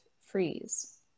freeze